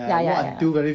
ya ya ya ya